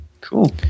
cool